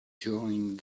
during